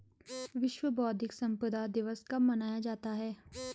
विश्व बौद्धिक संपदा दिवस कब मनाया जाता है?